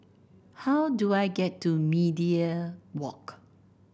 how do I get to Media Walk